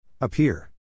appear